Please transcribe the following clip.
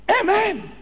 Amen